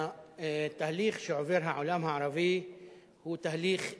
התהליך שעובר העולם הערבי הוא תהליך בריא,